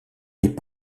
est